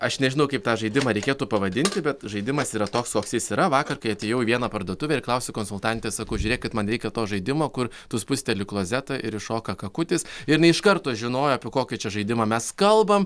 aš nežinau kaip tą žaidimą reikėtų pavadinti bet žaidimas yra toks koks jis yra vakar kai atėjau į vieną parduotuvę ir klausiu konsultantės sakau žiūrėkit man reikia to žaidimo kur tu spusteli klozetą ir iššoka kakutis ir jinai iš karto žinojo apie kokį čia žaidimą mes kalbam